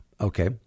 Okay